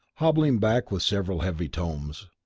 hobbling back with several heavy tomes.